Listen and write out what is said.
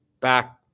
back